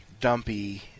dumpy